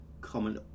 comment